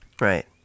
Right